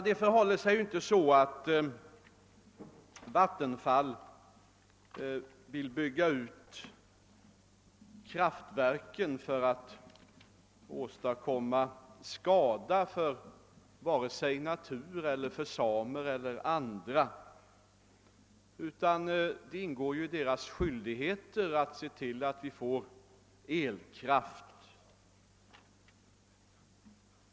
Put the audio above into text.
Det förhåller sig vidare inte så att Vattenfall vill bygga ut kraftverken för att åstadkomma skada vare sig för natur, för samer eller i något annat avseende, utan det ingår ju i dess skyldig heter att se till att vi får elkraft.